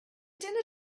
dinner